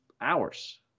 hours